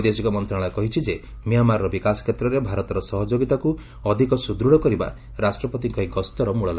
ବୈଦେଶିକ ମନ୍ତ୍ରଣାଳୟ କହିଛି ଯେ ମିଆଁମାରର ବିକାଶ କ୍ଷେତ୍ରରେ ଭାରତର ସହଯୋଗୀତାକୁ ଅଧିକ ସୁଦୃଢ଼ କରିବା ରାଷ୍ଟ୍ରପତିଙ୍କ ଏହି ଗସ୍ତର ମୂଳଲକ୍ଷ୍ୟ